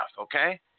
okay